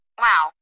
Wow